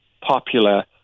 popular